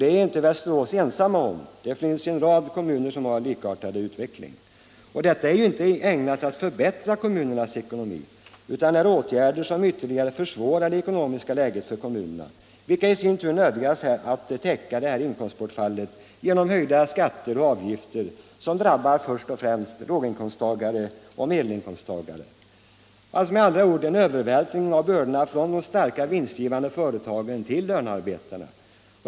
Det är inte Västerås ensamt om. Det finns en rad kommuner som har en likartad utveckling. Det är inte ägnat att förbättra kommunernas ekonomi utan försvårar läget ytterligare. Kommunerna nödgas i sin tur täcka detta inkomstbortfall genom höjda skatter och avgifter som drabbar först och främst låginkomsttagare och medelinkomsttagare. Det blir med andra ord en övervältring av bördorna från de starka vinstgivande företagen till lönearbetarna.